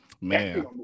Man